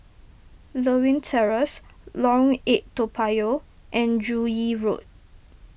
Lewin Terrace Lorong eight Toa Payoh and Joo Yee Road